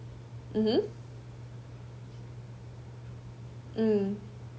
mmhmm mm